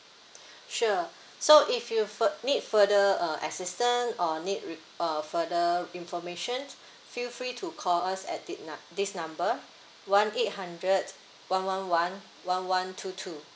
sure so if you fur~ need further uh assistant or need re~ uh further information feel free to call us at thi~ nu~ this number one eight hundred one one one one one two two